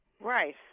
right